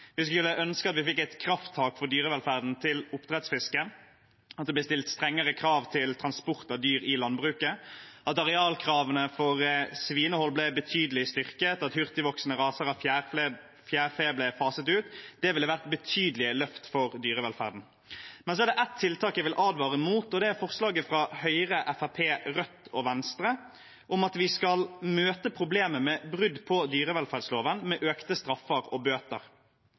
Vi skulle ønske at vi fikk et krafttak for dyrevelferden til oppdrettsfisken, at det ble stilt strengere krav til transport av dyr i landbruket, at arealkravene for svinehold ble betydelig styrket, og at hurtigvoksende raser av fjærfe ble faset ut. Det ville vært betydelige løft for dyrevelferden. Men det er ett tiltak jeg vil advare mot, og det er forslaget fra Høyre, Fremskrittspartiet, Rødt og Venstre om at vi skal møte problemet med brudd på dyrevelferdsloven, med økte straffer og bøter.